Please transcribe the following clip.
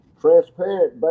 transparent